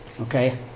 okay